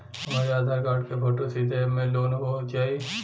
हमरे आधार कार्ड क फोटो सीधे यैप में लोनहो जाई?